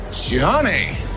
Johnny